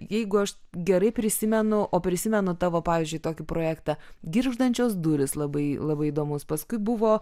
jeigu aš gerai prisimenu o prisimenu tavo pavyzdžiui tokį projektą girgždančios durys labai labai įdomus paskui buvo